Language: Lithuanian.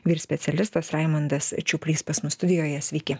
vyr specialistas raimundas čiuplys pas mus studijoje sveiki